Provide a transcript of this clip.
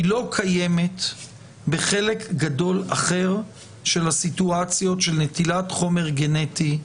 היא לא קיימת בחלק גדול אחר של הסיטואציות של נטילת חומר גנטי.